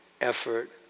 effort